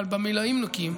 אבל במילואימניקים,